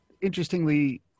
interestingly